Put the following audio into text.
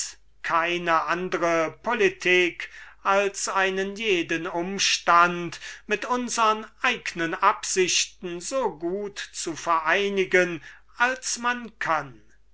keine andre politik als einen jeden umstand mit unsern eignen absichten so gut vereinigen als man kann